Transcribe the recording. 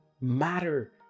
matter